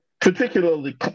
particularly